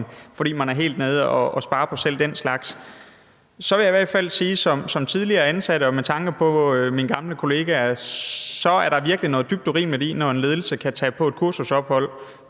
fordi man er helt nede at spare på selv den slags. Jeg vil i hvert fald sige som tidligere ansat og med tanke på mine gamle kollegaer, at der virkelig er noget dybt urimeligt i, at en ledelse kan tage på et kursusophold